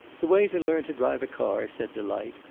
the way to learn to drive a car, said delight,